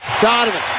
Donovan